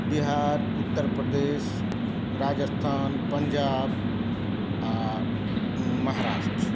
बिहार उत्तर प्रदेश राजस्थान पंजाब आ महाराष्ट्र